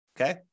okay